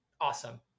awesome